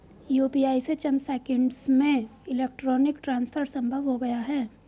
UPI से चंद seconds में इलेक्ट्रॉनिक ट्रांसफर संभव हो गया है